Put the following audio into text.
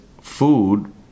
food